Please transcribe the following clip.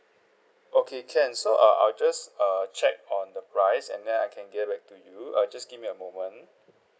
okay can so uh I'll just uh check on the price and then I can get back to you uh just give me a moment